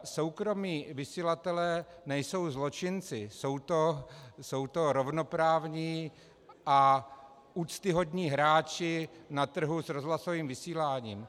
Soukromí vysílatelé nejsou zločinci, jsou to rovnoprávní a úctyhodní hráči na trhu s rozhlasovým vysíláním.